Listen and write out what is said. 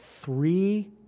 three